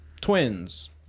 twins